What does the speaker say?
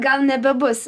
gal nebebus